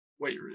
Wait